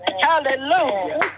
hallelujah